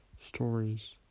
stories